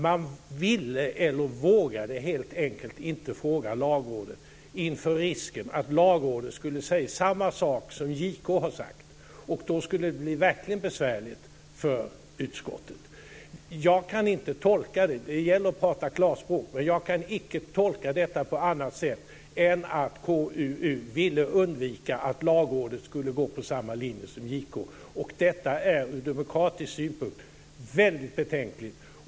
Man ville eller vågade helt enkelt inte fråga Lagrådet inför risken att Lagrådet skulle säga samma sak som JK har sagt. Då skulle det verkligen bli besvärligt för utskottet. Det gäller att prata klarspråk. Jag kan icke tolka detta på annat sätt än att KUU ville undvika att Lagrådet skulle gå på samma linje som JK. Detta är ur demokratisk synpunkt väldigt betänkligt.